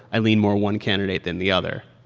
i lean more one candidate than the other?